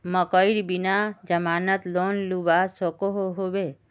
मकईर बिना जमानत लोन मिलवा सकोहो होबे?